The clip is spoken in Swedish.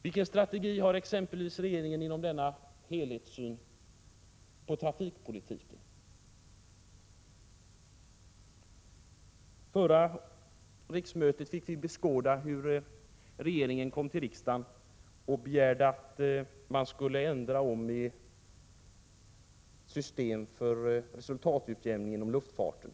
Vilken strategi har regeringen exempelvis inom denna helhetssyn för trafikpolitiken? Under förra riksmötet fick vi beskåda hur regeringen kom till riksdagen och begärde att man skulle ändra om i systemet för resultatutjämningen inom luftfarten.